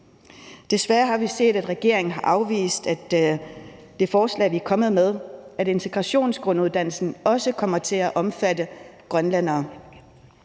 Desværre har vi set, at regeringen har afvist det forslag, vi er kommet med: at integrationsgrunduddannelsen også kommer til at omfatte grønlændere.